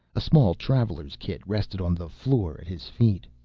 a small traveler's kit rested on the floor at his feet.